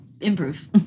Improve